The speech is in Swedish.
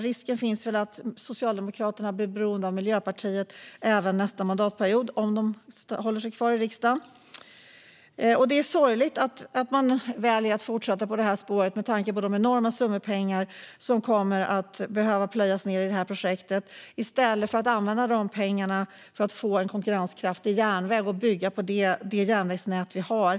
Risken finns att Socialdemokraterna blir beroende av Miljöpartiet även nästa mandatperiod, om de håller sig kvar i riksdagen. Det är sorgligt att man väljer att fortsätta på detta spår med tanke på de enorma summor som kommer att behöva plöjas ned i projektet. I stället kunde man använda pengarna för att få en konkurrenskraftig järnväg och bygga på det järnvägsnät vi har.